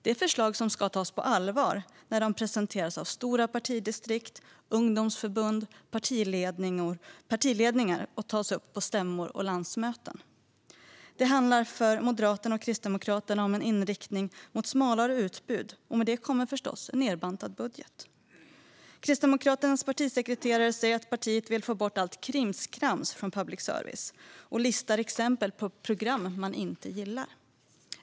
Det är förslag som ska tas på allvar när de presenteras av stora partidistrikt, ungdomsförbund och partiledningar och tas upp på stämmor och landsmöten. För M och KD handlar det om en inriktning mot smalare utbud, och med det kommer förstås en nedbantad budget. Kristdemokraternas partisekreterare säger att partiet vill få bort "krimskramset" från public service och listar exempel på program de inte gillar.